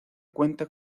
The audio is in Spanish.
cuenta